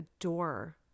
adore